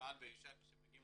בעל ואישה שכשמגיעים